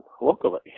locally